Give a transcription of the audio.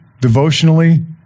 devotionally